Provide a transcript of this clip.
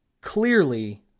clearly